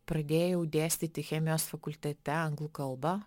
pradėjau dėstyti chemijos fakultete anglų kalbą